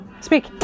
Speak